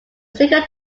single